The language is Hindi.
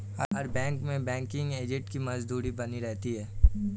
हर बैंक में बैंकिंग एजेंट की मौजूदगी बनी रहती है